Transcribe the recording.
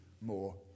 more